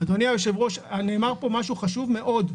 אדוני היושב-ראש, נאמר פה דבר חשוב מאוד.